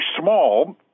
small